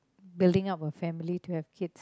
building up a family to have kids